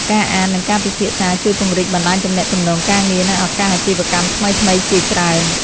ការអាន និងការពិភាក្សាជួយពង្រីកបណ្ដាញទំនាក់ទំនងការងារ និងឱកាសអាជីវកម្មថ្មីៗជាច្រើន។